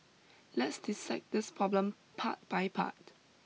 let's dissect this problem part by part